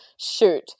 shoot